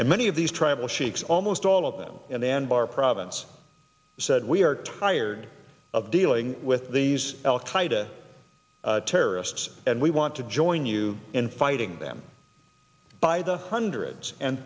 and many of these tribal sheikhs almost all of them in anbar province said we are tired of dealing with these al qaeda terrorists and we want to join you in fighting them by the hundreds and